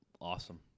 awesome